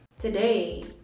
Today